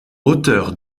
auteur